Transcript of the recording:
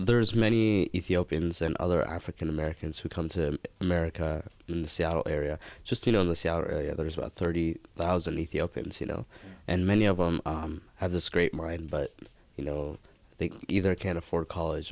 there's many ethiopians and other african americans who come to america in the seattle area just you know the other is about thirty thousand ethiopians you know and many of them have this great writing but you know they either can't afford college